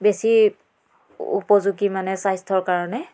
বেছি উপযোগী মানে স্বাস্থ্যৰ কাৰণে